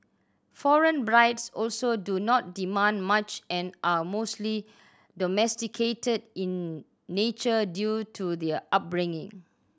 foreign brides also do not demand much and are mostly domesticated in nature due to their upbringing